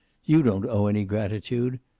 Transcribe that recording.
you don't owe any gratitude.